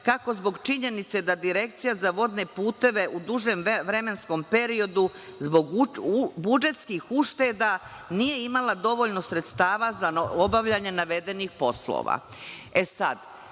kako zbog činjenice da Direkcija za vodne puteve u dužem vremenskom periodu zbog budžetskih ušteda nije imala dovoljno sredstava za obavljanje navedenih poslova.